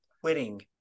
quitting